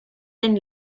and